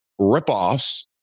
ripoffs